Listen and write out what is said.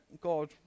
God